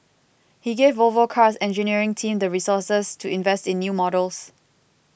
he gave Volvo Car's engineering team the resources to invest in new models